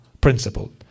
principle